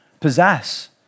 possess